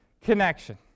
connection